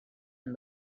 and